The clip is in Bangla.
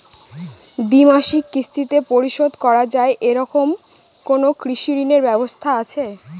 দ্বিমাসিক কিস্তিতে পরিশোধ করা য়ায় এরকম কোনো কৃষি ঋণের ব্যবস্থা আছে?